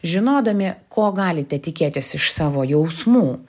žinodami ko galite tikėtis iš savo jausmų